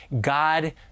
God